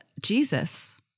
Jesus